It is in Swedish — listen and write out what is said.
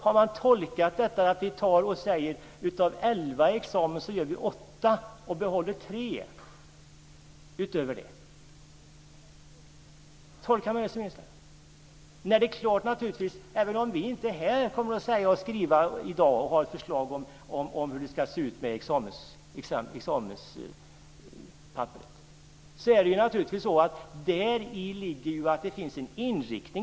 Har man tolkat det som enhetslärare att vi av elva examina gör åtta och därutöver behåller tre? Även om vi inte i dag kommer att prata om eller ha ett förslag om hur det ska se ut på examenspapperet ligger naturligtvis däri att det finns en inriktning.